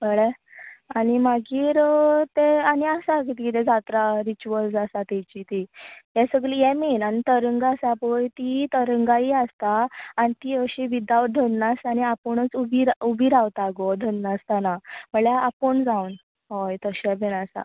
कळ्ळें आनी मागीर तें आनी आसता मागीर जात्रा रिचवल्स आसता तेजी हें सगळीं हें मेन आनी तरंगा आसा पळय तीं तरंगाय आसता आनी ती अशीं विताउट धरनासतना आपूणच उबीं रावता गो धरनासतना म्हणळ्यार आपूण जावन हय तशें बीन आसा